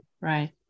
right